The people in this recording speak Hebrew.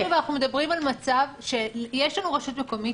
אנחנו מדברים על מצב שיש לנו רשות מקומית